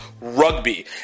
RUGBY